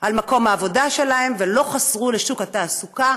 על מקום העבודה שלהן ולא חזרו לשוק התעסוקה,